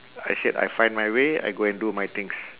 I said I find my way I go and do my things